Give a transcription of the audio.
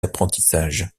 d’apprentissage